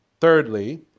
Thirdly